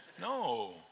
No